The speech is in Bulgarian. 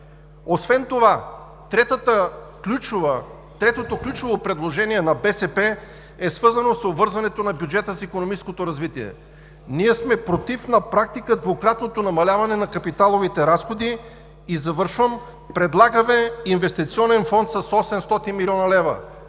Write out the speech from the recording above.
Освен това третото ключово предложение на БСП е свързано с обвързването на бюджета с икономическото развитие. Ние на практика сме против двукратното намаляване на капиталовите разходи и, завършвам, предлагаме инвестиционен фонд с 800 млн. лв.,